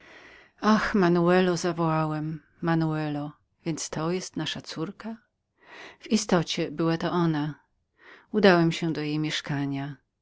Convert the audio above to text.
ach manuelo zawołałem manuelo taż to jest nasza córka w istocie była to ona udałem się do jej mieszkania